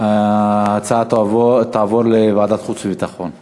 ההצעה להעביר את הנושא לוועדת החוץ והביטחון נתקבלה.